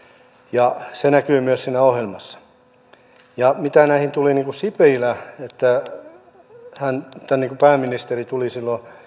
ja se näkyy myös siinä ohjelmassa mitä tähän tuli että sipilä pääministeri tuli silloin